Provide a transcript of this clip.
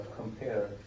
compare